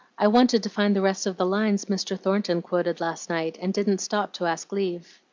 i wanted to find the rest of the lines mr. thornton quoted last night, and didn't stop to ask leave.